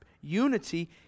unity